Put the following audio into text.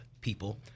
people